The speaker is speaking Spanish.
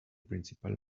principal